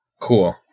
Cool